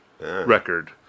record